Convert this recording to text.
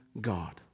God